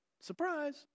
surprise